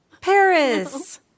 Paris